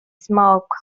smoke